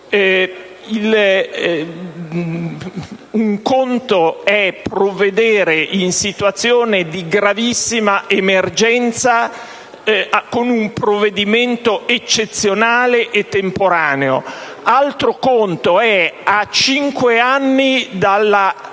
Un conto è far fronte a una situazione di gravissima emergenza con un provvedimento eccezionale e temporaneo; altro conto è, a ben cinque anni